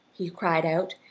he cried out,